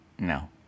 No